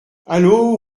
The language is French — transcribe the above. allô